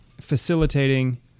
facilitating